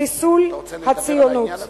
חיסול הציונות.